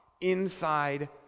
inside